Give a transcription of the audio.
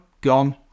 gone